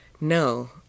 No